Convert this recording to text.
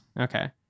Okay